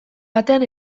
batean